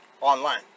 online